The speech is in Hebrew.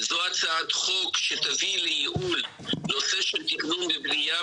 זאת הצעת חוק שתביא לייעול בנושא תכנון ובנייה,